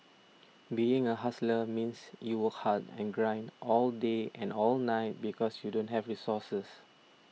being a hustler means you work hard and grind all day and all night because you don't have resources